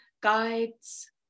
guides